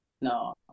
No